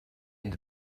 into